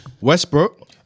Westbrook